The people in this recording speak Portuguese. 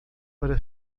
para